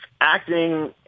acting